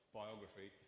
biography